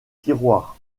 tiroirs